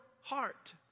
heart